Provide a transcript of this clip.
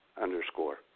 underscore